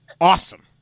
Awesome